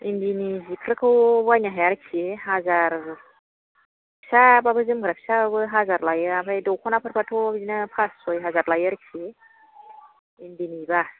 इन्दिनि सिफोरखौ बायनो हाया आरोखि फिसाबाबो जोमग्रा फिसाबाबो हाजार लायो ओमफ्राय दख'नाफोरबाथ' बिदिनो पास सय हाजार लायो आरोखि इन्दिनिबा